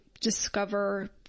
discover